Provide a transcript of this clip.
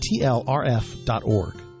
tlrf.org